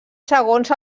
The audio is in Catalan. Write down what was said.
segons